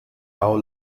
how